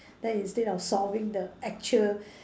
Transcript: then instead of solving the actual